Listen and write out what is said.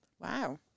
Wow